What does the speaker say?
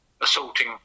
assaulting